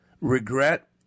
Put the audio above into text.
Regret